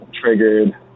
triggered